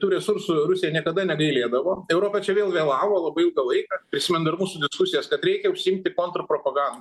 tų resursų rusija niekada negailėdavo europa čia vėl vėlavo labai ilgą laiką prisimenu dar mūsų diskusijas kad reikia užsiimti kontrpropagan